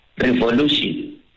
revolution